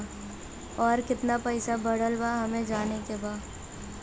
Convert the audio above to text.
और कितना पैसा बढ़ल बा हमे जाने के बा?